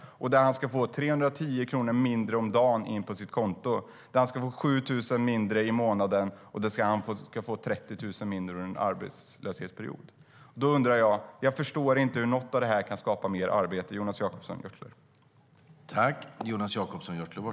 Dessutom ska han få 310 kronor mindre om dagen eller 7 000 kronor mindre i månaden eller 30 000 kronor mindre under en arbetslöshetsperiod in på sitt konto. Jag förstår inte hur något av det här kan skapa mer arbete, Jonas Jacobsson Gjörtler.